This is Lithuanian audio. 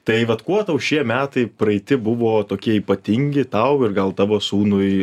tai vat kuo tau šie metai praeiti buvo tokie ypatingi tau ir gal tavo sūnui